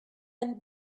and